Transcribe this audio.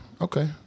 Okay